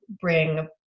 bring